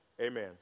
Amen